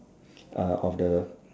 of the